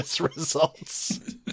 results